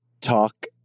talk